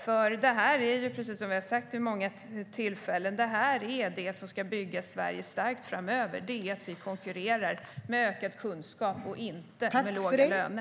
Precis som vi har sagt vid många tillfällen är det som ska bygga Sverige starkt framöver att vi konkurrerar med ökad kunskap, inte med låga löner.